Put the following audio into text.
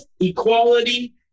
equality